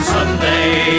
Sunday